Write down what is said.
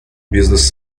бизнес